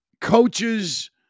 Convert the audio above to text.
coaches